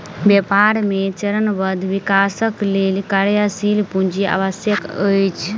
व्यापार मे चरणबद्ध विकासक लेल कार्यशील पूंजी आवश्यक अछि